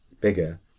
bigger